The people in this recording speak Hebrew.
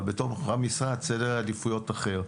אבל בתוך המשרד סדר העדיפויות הוא אחר.